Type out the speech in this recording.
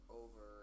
over